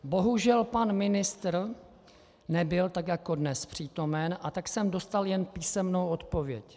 Bohužel pan ministr nebyl tak jako dnes přítomen, a tak jsem dostal jen písemnou odpověď.